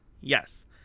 Yes